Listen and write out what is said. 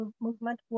movement